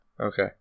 Okay